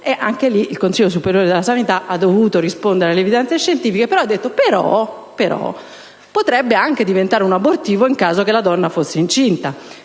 caso, il Consiglio superiore della sanità ha dovuto rispondere alle evidenze scientifiche, però ha aggiunto che avrebbe potuto anche diventare un abortivo nel caso in cui la donna fosse incinta.